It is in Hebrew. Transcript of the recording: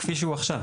כפי שהוא עכשיו.